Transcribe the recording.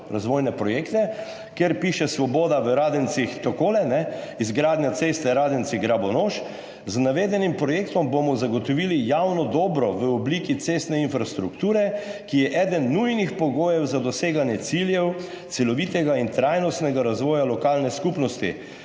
razvojne projekte? Kjer piše Svoboda v Radencih takole: izgradnja ceste Radenci–Grabonoš – z navedenim projektom bomo zagotovili javno dobro v obliki cestne infrastrukture, ki je eden nujnih pogojev za doseganje ciljev celovitega in trajnostnega razvoja lokalne skupnosti,